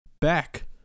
back